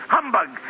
Humbug